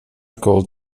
called